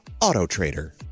AutoTrader